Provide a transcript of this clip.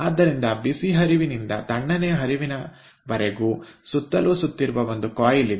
ಆದ್ದರಿಂದ ಬಿಸಿ ಹರಿವಿನಿಂದ ತಣ್ಣನೆಯ ಹರಿವಿನವರೆಗೆ ಸುತ್ತಲೂ ಸುತ್ತಿರುವ ಒಂದು ಕಾಯಿಲ್ ಇದೆ